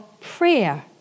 prayer